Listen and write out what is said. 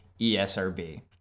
ESRB